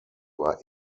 war